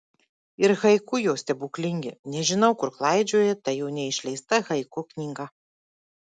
ir haiku jo stebuklingi nežinau kur klaidžioja ta jo neišleista haiku knyga